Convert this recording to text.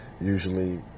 Usually